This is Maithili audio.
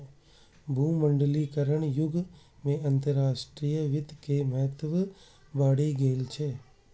भूमंडलीकरणक युग मे अंतरराष्ट्रीय वित्त के महत्व बढ़ि गेल छै